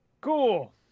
Cool